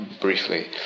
briefly